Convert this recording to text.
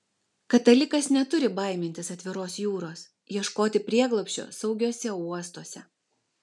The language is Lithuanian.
katalikas neturi baimintis atviros jūros ieškoti prieglobsčio saugiuose uostuose